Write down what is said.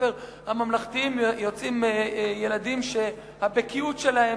מבתי-הספר הממלכתיים יוצאים ילדים שהבקיאות שלהם